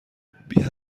بیا